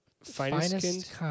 Finest